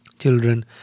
children